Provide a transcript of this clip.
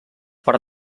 per